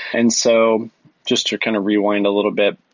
and so just to kind of rewind a little bit,